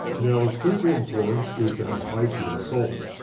now of critical importance is to have high purity solvent.